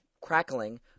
crackling